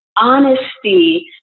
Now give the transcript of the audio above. honesty